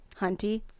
Hunty